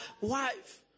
wife